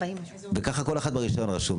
וככה לכל אחד ברישיון רשום.